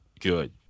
Good